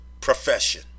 profession